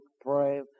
pray